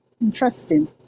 interesting